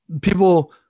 People